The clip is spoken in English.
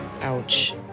Ouch